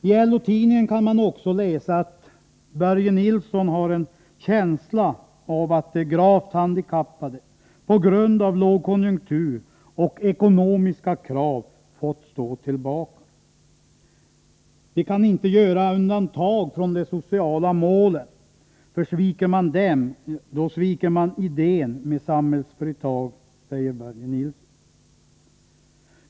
I LO-tidningen kan man läsa att Börje Nilsson har en känsla av att de gravt handikappade på grund av lågkonjunktur och ekonomiska krav fått stå tillbaka. Han säger: Vi kan inte göra undantag från de sociala målen, för sviker man dem, då sviker man idén med Samhällsföretag.